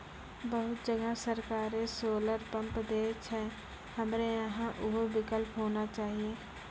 बहुत जगह सरकारे सोलर पम्प देय छैय, हमरा यहाँ उहो विकल्प होना चाहिए?